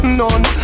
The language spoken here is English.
none